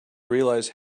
realize